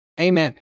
Amen